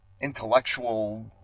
intellectual